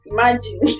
Imagine